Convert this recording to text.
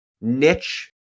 niche